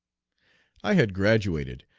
i had graduated,